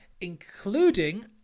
including